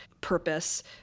purpose